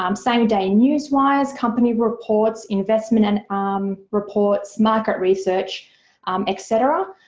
um same day news wires, company reports investment and um reports, market research etc.